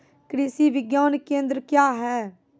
कृषि विज्ञान केंद्र क्या हैं?